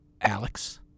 Alex